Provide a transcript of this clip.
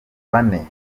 bane